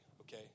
okay